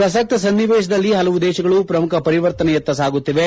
ಪ್ರಸಕ್ತ ಸನ್ವಿವೇಶದಲ್ಲಿ ಹಲವು ದೇಶಗಳು ಪ್ರಮುಖ ಪರಿವರ್ತನೆಯತ್ತ ಸಾಗುತ್ತಿವೆ